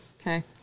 Okay